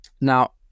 Now